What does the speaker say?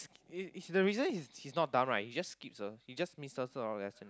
it's it's the reason he's he is not done right he just skips ah he just miss a lot of lesson